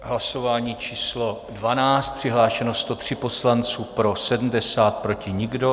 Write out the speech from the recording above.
Hlasování číslo 12, přihlášeno 103 poslanců, pro 70, proti nikdo.